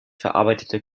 verarbeitete